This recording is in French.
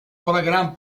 programme